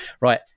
Right